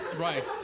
Right